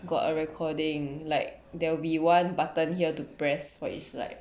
got a recording like there'll be one button here to press for each slide